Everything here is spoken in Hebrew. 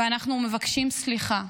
ואנחנו מבקשים סליחה.